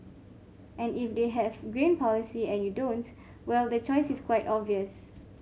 and if they have green policy and you don't well the choice is quite obvious